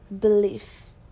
belief